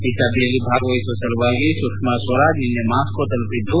ಈ ಸಭೆಯಲ್ಲಿ ಭಾಗವಹಿಸುವ ಸಲುವಾಗಿ ಸುಷ್ಲಾ ಸ್ವರಾಜ್ ನಿನ್ನೆ ಮಾಸ್ಕೋ ತಲುಪಿದ್ದು